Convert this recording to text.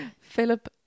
Philip